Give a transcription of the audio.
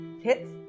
hits